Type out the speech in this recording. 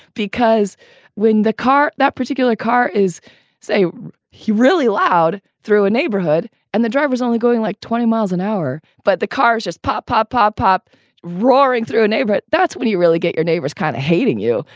because when the car. that particular car is say he really loud through a neighborhood and the driver only going like twenty miles an hour. but the cars just pop, pop, pop, pop roaring through a neighborhood. that's when you really get your neighbors kind of hating you.